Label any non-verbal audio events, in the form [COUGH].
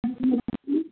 [UNINTELLIGIBLE]